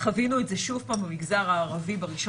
חווינו את זה שוב פעם במגזר הערבי ב-1